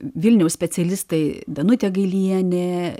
vilniaus specialistai danutė gailienė